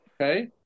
okay